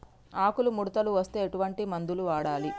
ఆకులు ముడతలు వస్తే ఎటువంటి మందులు వాడాలి?